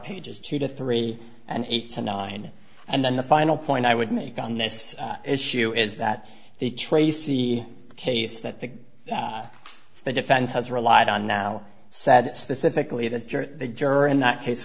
pages two to three and eight to nine and then the final point i would make on this issue is that the tracy case that the defense has relied on now said specifically that the juror in that case